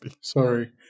sorry